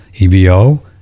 EBO